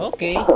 Okay